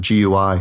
GUI